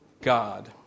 God